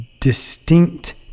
distinct